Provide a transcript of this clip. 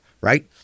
right